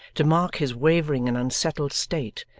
to mark his wavering and unsettled state,